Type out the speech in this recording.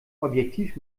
objektiv